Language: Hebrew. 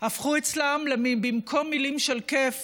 הפכו אצלם במקום מילים של כיף